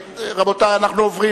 רבותי, אנחנו עוברים